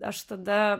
aš tada